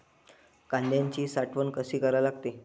कांद्याची साठवन कसी करा लागते?